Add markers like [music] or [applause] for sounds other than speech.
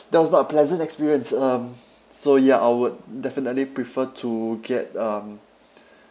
that was not a pleasant experience um so ya I would definitely prefer to get um [breath]